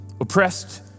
Oppressed